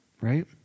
right